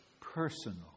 personal